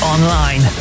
Online